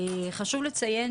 חשוב לציין,